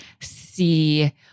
See